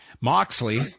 Moxley